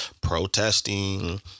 protesting